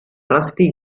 rusty